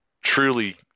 truly